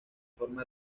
forma